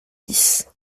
dix